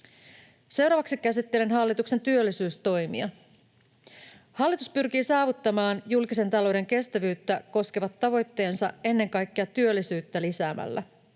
Seuraavaksi käsittelen hallituksen työllisyystoimia. Hallitus pyrkii saavuttamaan julkisen talouden kestävyyttä koskevat tavoitteensa ennen kaikkea työllisyyttä lisäämällä.